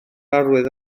arwydd